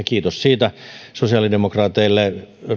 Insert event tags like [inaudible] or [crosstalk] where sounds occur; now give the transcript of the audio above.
[unintelligible] kiitos siitä sosiaalidemokraateille